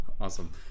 Awesome